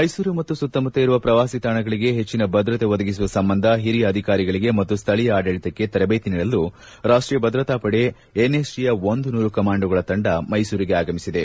ಮೈಸೂರು ಮತ್ತು ಸುತ್ತಮುತ್ತ ಇರುವ ಪ್ರವಾಸಿ ತಾಣಗಳಿಗೆ ಹೆಚ್ಚಿನ ಭದ್ರತೆ ಒದಗಿಸುವ ಸಂಬಂಧ ಹಿರಿಯ ಅಧಿಕಾರಿಗಳಿಗೆ ಮತ್ತು ಸ್ವಳೀಯ ಆಡಳಿತಕ್ಕೆ ತರಬೇತಿ ನೀಡಲು ರಾಷ್ಷೀಯ ಭದ್ರತಾ ಪಡೆ ಎನ್ಎಸ್ಜಿಯ ಒಂದುನೂರು ಕಮಾಂಡೊಗಳ ತಂಡ ಮೈಸೂರಿಗೆ ಆಗಮಿಸಿದೆ